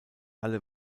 alle